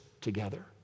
together